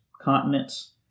continents